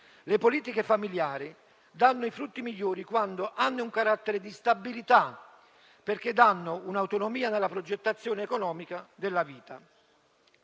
Le politiche familiari danno i frutti migliori quando hanno un carattere di stabilità, perché danno un'autonomia nella progettazione economica della vita.